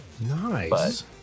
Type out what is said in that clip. Nice